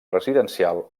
residencial